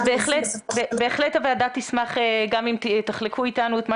אז בהחלט הוועדה תשמח גם אם תחלקו איתנו את מה